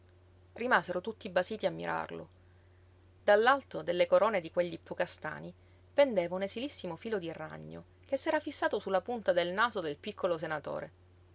rimasero tutti basiti a mirarlo dall'alto delle corone di quegli ippocàstani pendeva un esilissimo filo di ragno che s'era fissato su la punta del naso del piccolo senatore